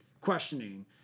questioning